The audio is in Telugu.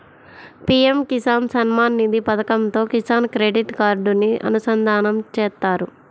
పీఎం కిసాన్ సమ్మాన్ నిధి పథకంతో కిసాన్ క్రెడిట్ కార్డుని అనుసంధానం చేత్తారు